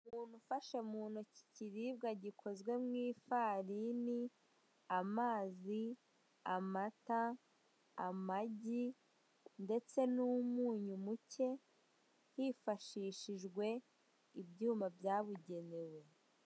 Umuntu ufashe mu ntoki ikiribwa gikozwe mu ifarini, amazi, amata, amagi ndetse n'umunyu muke hifashishijwe ibyuma byabugenewe.